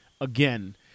again